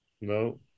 No